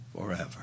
forever